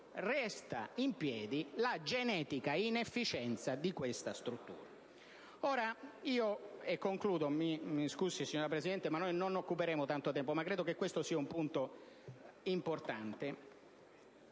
resta in piedi la genetica inefficienza di questa struttura.